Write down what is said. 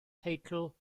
teitl